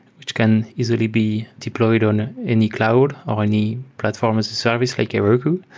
which can easily be deployed on any cloud or any platform as a service like heroku.